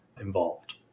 involved